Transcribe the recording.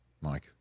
mike